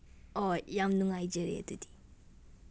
ꯍꯣꯏ ꯌꯥꯝ ꯅꯨꯡꯉꯥꯏꯖꯔꯦ ꯑꯗꯨꯗꯤ